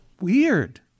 Weird